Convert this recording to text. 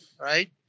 Right